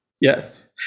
Yes